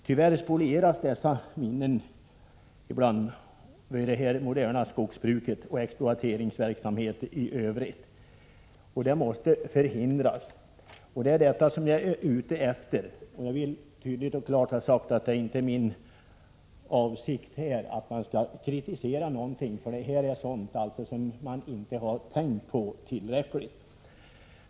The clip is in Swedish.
Tyvärr spolieras sådana minnen ibland i samband med det moderna skogsbruket och med annan exploateringsverksamhet. Det måste förhindras, och det är detta jag är ute efter. Jag vill tydligt och klart säga att det inte är min avsikt att kritisera utan bara framhålla att detta är sådant man inte tänkt på tillräckligt mycket.